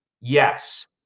Yes